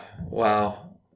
Wow